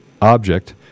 object